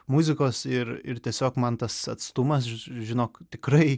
muzikos ir ir tiesiog man tas atstumas žinok tikrai